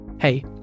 Hey